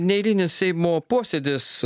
neeilinis seimo posėdis